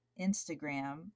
Instagram